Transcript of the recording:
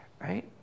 right